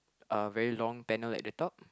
a very long panel at the top